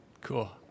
Cool